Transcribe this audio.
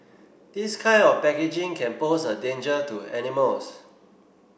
this kind of packaging can pose a danger to animals